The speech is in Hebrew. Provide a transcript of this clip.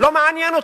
לא מעניין אותה.